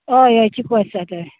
होय होय चिकू आसात होय